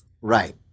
Right